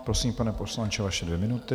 Prosím, pane poslanče, vaše dvě minuty.